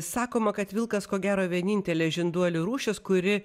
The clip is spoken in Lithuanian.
sakoma kad vilkas ko gero vienintelė žinduolių rūšis kuri